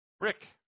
Rick